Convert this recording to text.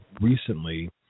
recently